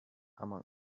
among